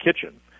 kitchen